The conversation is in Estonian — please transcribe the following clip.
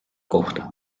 kohta